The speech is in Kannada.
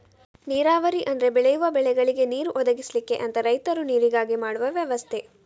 ನೀರಾವರಿ ಅಂದ್ರೆ ಬೆಳೆಯುವ ಬೆಳೆಗಳಿಗೆ ನೀರು ಒದಗಿಸ್ಲಿಕ್ಕೆ ಅಂತ ರೈತರು ನೀರಿಗಾಗಿ ಮಾಡುವ ವ್ಯವಸ್ಥೆ